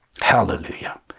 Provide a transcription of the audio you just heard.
hallelujah